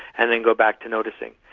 and then go back to noticing.